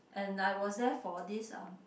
and I was there for this um